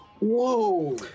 whoa